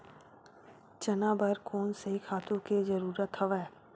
चना बर कोन से खातु के जरूरत हवय?